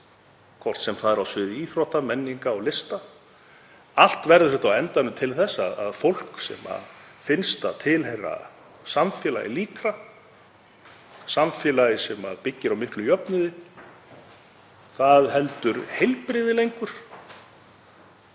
hvort sem það er á sviði íþrótta, menningar eða lista. Allt verður þetta á endanum til þess að fólk sem finnst það tilheyra samfélagi líkra, samfélagi sem byggist á miklum jöfnuði, heldur heilbrigði lengur.